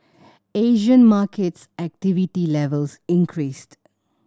Asian markets activity levels increased